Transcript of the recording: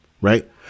right